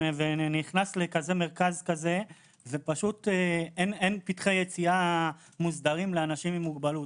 מגיע למרכז ואין פתחי יציאה מוסדרים לאנשים עם מוגבלות.